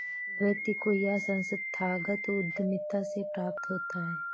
व्यक्ति को यह संस्थागत उद्धमिता से प्राप्त होता है